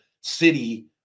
city